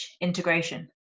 integration